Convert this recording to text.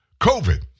covid